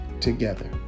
together